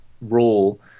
role